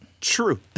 True